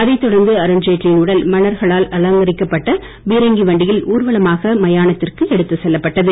அதைத் தொடர்ந்து அருண்ஜெட்லியின் உடல் மலர்களால் அலங்கரிக்கப்பட்ட பீரங்கி வண்டியில் ஊர்வலமாக மயானத்திற்கு எடுத்துச் செல்லப்பட்டது